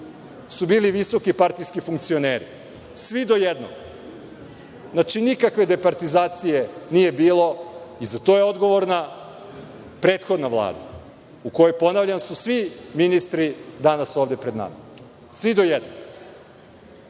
su bili visoki partijski funkcioneri. Svi do jednog. Znači, nikakve departizacije nije bilo i za to je odgovorna prethodna Vlada, u kojoj, ponavljam, su svi ministri danas ovde pred nama. Svi do jednog. Na